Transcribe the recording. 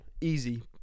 easy